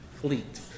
fleet